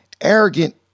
arrogant